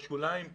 בשוליים כן.